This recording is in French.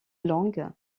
langue